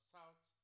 South